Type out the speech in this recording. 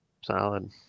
Solid